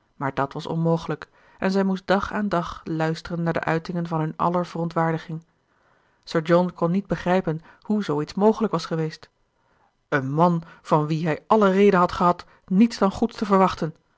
maar dàt was onmogelijk en zij moest dag aan dag luisteren naar de uitingen van hun aller verontwaardiging sir john kon niet begrijpen hoe zoo iets mogelijk was geweest een man van wien hij alle reden had gehad niets dan goeds te verwachten